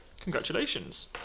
Congratulations